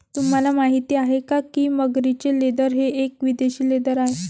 तुम्हाला माहिती आहे का की मगरीचे लेदर हे एक विदेशी लेदर आहे